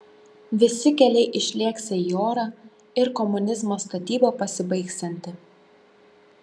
visi keliai išlėksią į orą ir komunizmo statyba pasibaigsianti